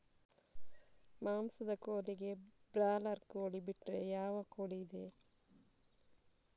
ಮಾಂಸದ ಕೋಳಿಗೆ ಬ್ರಾಲರ್ ಕೋಳಿ ಬಿಟ್ರೆ ಬೇರೆ ಯಾವ ಕೋಳಿಯಿದೆ?